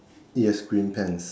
yes green pants